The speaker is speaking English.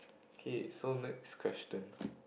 kay so next question